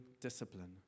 discipline